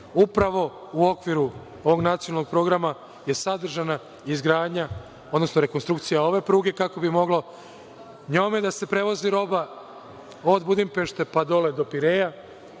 Upravo u okviru ovog nacionalnog programa je sadržana izgradnja, odnosno rekonstrukcija ove pruge kako bi mogla njome da se prevozi roba od Budimpešte, pa dole do Pireja.